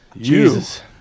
Jesus